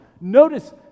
Notice